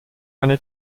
eine